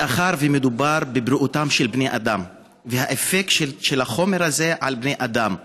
מאחר שמדובר בבריאותם של בני אדם והאפקט של החומר הזה על בני אדם,